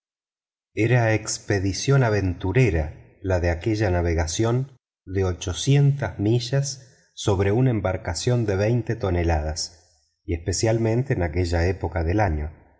era expedición aventurada la de aquella navegación de ochocientas millas sobre una embarcación de veinte toneladas y especialmente en aquella época del año